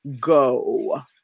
go